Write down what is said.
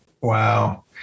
Wow